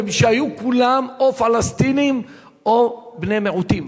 שהיו כולם או פלסטינים או בני מיעוטים.